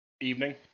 Evening